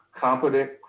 competent